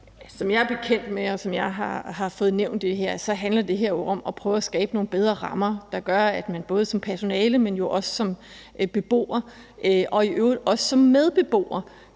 Som jeg er bekendt med det, og som jeg har fået det nævnt, så handler det jo om, at man prøver at skabe nogle bedre rammer, der gør, at man både som personale, men også som beboer og i øvrigt også som medbeboer